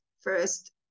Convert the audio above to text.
first